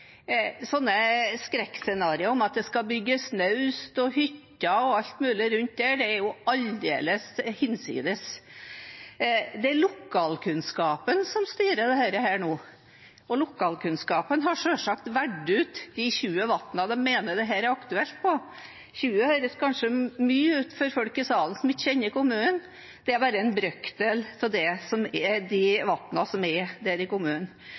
Sånne skrekkscenarioer om at det skal bygges naust og hytter og alt mulig rundt dem, er jo aldeles hinsides. Det er lokalkunnskapen som styrer dette nå, og lokalkunnskapen har selvsagt valgt ut de 20 vannene de mener dette er aktuelt for. 20 høres kanskje mye ut for folk i salen som ikke kjenner kommunen, men det er bare en brøkdel av vannene som er i kommunen. Som representanten påpekte, er